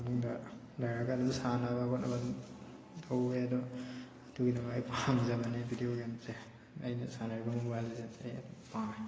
ꯐꯃꯨꯡꯗ ꯂꯩꯔꯒ ꯑꯗꯨꯝ ꯁꯥꯟꯅꯕ ꯈꯣꯠꯅꯕ ꯑꯗꯨꯝ ꯇꯧꯕ ꯌꯥꯏ ꯑꯗꯣ ꯑꯗꯨꯒꯤꯗꯃꯛ ꯑꯩ ꯄꯥꯝꯖꯕꯅꯦ ꯕꯤꯗꯤꯑꯣ ꯒꯦꯝꯁꯦ ꯑꯩꯅ ꯁꯥꯟꯅꯔꯤꯕ ꯃꯣꯕꯥꯏꯜ ꯂꯦꯖꯦꯟ ꯄꯥꯝꯃꯦ